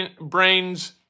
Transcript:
Brains